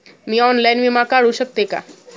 मी online विमा काढू शकते का?